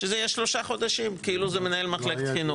שזה יהיה שלושה חודשים כאילו זה מנהל מחלקת חינוך.